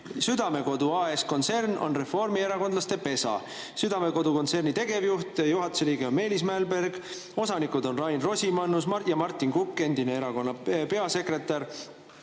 Südamekodu AS‑i kontsern on reformierakondlaste pesa. Südamekodu kontserni tegevjuht, juhatuse liige on Meelis Mälberg, osanikud on Rain Rosimannus ja Martin Kukk, endine erakonna peasekretär,